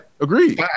Agreed